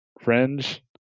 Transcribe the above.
fringe